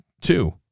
two